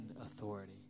authority